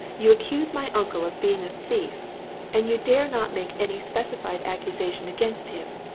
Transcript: you accuse my uncle of being a thief and you dare not make any specified accusation against him!